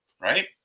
Right